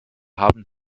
haben